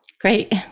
Great